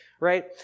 Right